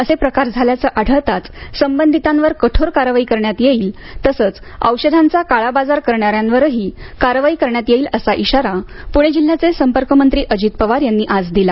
असा प्रकार झाल्याचे आढळताच संबंधितांवर कठोर कारवाई करण्यात येईल तसेच औषधांचाही काळाबाजार करणाऱ्यांवरही कारवाई करण्यात येईल असा इशारा पुणे जिल्ह्याचे संपर्क मंत्री अजित पवार यांनी आज दिला